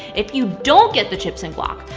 if you don't get the chips and guac.